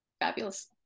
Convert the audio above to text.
Fabulous